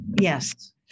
Yes